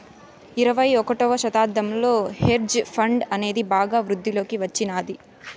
ఇరవై ఒకటవ శతాబ్దంలో హెడ్జ్ ఫండ్ అనేది బాగా వృద్ధిలోకి వచ్చినాది